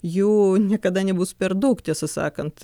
jų niekada nebus per daug tiesą sakant